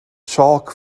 chalk